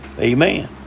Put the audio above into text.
Amen